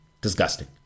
Disgusting